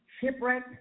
shipwreck